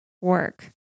work